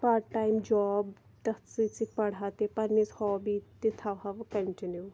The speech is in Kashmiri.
پارٹ ٹایِم جاب تَتھ سۭتۍ سۭتۍ پَرٕہا تہِ پَنٕنہِ ہابی تہِ تھاوٕہا بہٕ کَنٹِنیوٗ